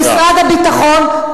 במשרד הביטחון.